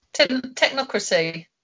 technocracy